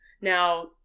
Now